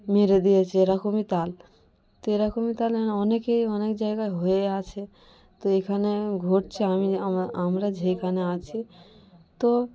মেরে দিয়েছে এরকমই তাল তো এরকমই তালের অনেকেই অনেক জায়গায় হয়ে আছে তো এখানে ঘটছে আমি আমরা যেইখানে আছি তো